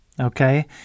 okay